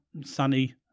sunny